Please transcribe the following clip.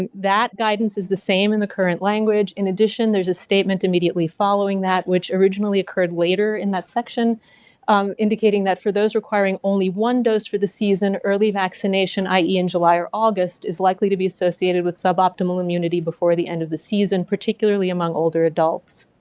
and that guidance is the same in the current language, in addition there's a statement immediately following that which originally occurred later in that section indicating that for those requiring only one dose for the season, early vaccination i e. in july or august is likely to be associated with suboptimal immunity before the end of the season, particularly among older adults.